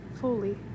fully